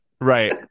right